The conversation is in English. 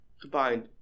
combined